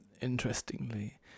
Interestingly